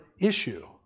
issue